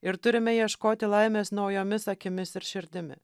ir turime ieškoti laimės naujomis akimis ir širdimi